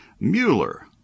Mueller